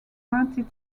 granted